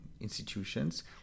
institutions